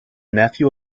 nephew